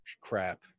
crap